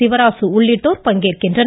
சிவராசு உள்ளிட்டோர் பங்கேற்கின்றனர்